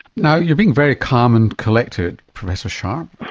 now you're being very calm and collected, professor sharpe,